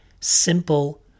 simple